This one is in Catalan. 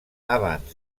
abans